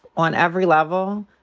on every level,